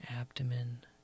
Abdomen